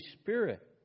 Spirit